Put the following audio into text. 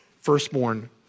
firstborn